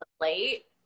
late